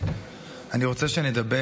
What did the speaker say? אני רוצה שנדבר